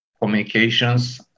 communications